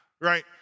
right